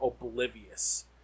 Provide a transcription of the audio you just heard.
oblivious